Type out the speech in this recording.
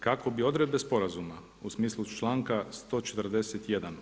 Kako bi odredbe sporazuma u smislu članka 141.